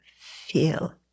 feel